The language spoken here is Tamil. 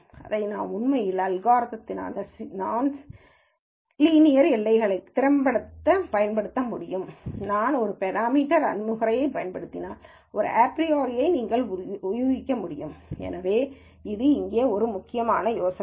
இதை நாம் உண்மையில் அல்காரிதம்யை சிக்கலான நான் லீனியர் எல்லைகளுக்கு திறம்பட பயன்படுத்த முடியும் நாங்கள் ஒரு பெராமீட்டர் அணுகுமுறையைப் பயன்படுத்தினால் ஒரு ப்ரியோரியை நீங்கள் யூகிக்க வேண்டும் எனவே இது இங்கே ஒரு முக்கிய யோசனையாகும்